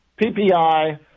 PPI